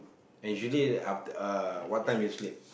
and usually after uh what time you sleep